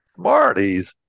Smarties